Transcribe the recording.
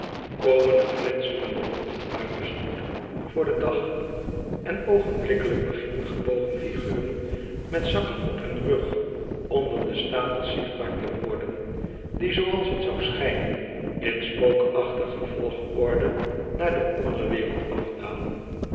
calais er glinsterende lompen uit den stoet voor den dag en oogenblikkelijk beginnen gebogen figuren met zakken op hun rug onder de stapels zichtbaar te worden die zooals t zou schijnen in spookachtige volgorde naar de onderwereld afdalen